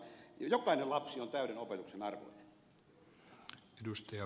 jokainen lapsi on täyden opetuksen arvoinen